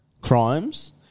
crimes